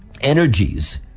energies